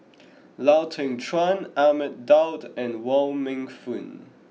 Lau Teng Chuan Ahmad Daud and Wong Meng Voon